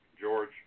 George